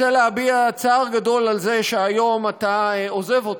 רוצה להביע צער גדול על זה שהיום אתה עוזב אותנו.